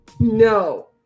No